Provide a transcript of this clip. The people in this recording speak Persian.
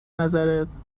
نظرت